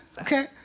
Okay